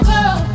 Girl